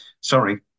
Sorry